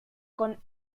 con